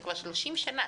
זה כבר 30 שנה,